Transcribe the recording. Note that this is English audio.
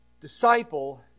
disciple